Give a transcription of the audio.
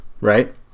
right